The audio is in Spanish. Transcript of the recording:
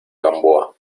gamboa